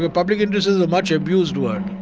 but public interest is a much abused word,